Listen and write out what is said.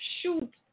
shoot